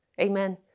Amen